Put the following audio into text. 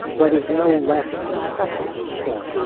but is no less impressive for it.